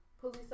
police